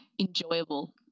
enjoyable